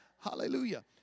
Hallelujah